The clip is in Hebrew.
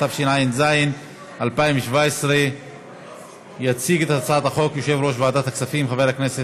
התשע"ז 2017. יציג את הצעת החוק יושב-ראש ועדת הכספים חבר הכנסת